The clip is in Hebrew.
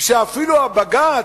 שאפילו בג"ץ,